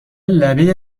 لبه